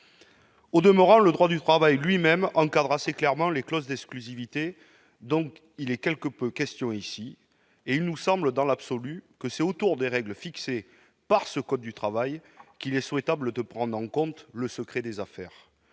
Au demeurant, le droit du travail encadre assez clairement les clauses d'exclusivité, dont il est quelque peu question ici, et il nous semble, dans l'absolu, que c'est au regard des règles fixées par le code du travail qu'il convient de prendre en compte le « secret des affaires